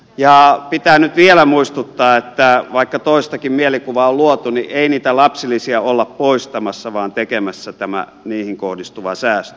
pitää nyt vielä muistuttaa että vaikka toistakin mielikuvaa on luotu niin ei niitä lapsilisiä olla poistamassa vaan tekemässä tämä niihin kohdistuva säästö